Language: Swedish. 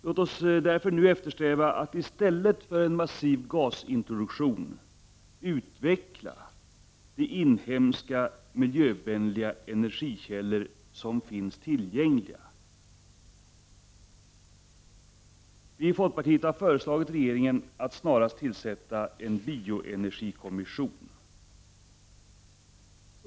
Låt oss därför nu eftersträva att i stället för en massiv gasintroduktion utveckla de inhemska miljövänliga energikällor som finns tillgängliga. Vi i folkpartiet har föreslagit regeringen att snarast tillsätta en bioenergikommission.